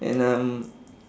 and um